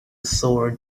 sword